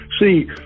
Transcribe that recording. See